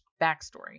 Backstory